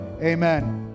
amen